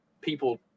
people